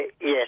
Yes